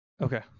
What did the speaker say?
Okay